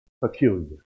peculiar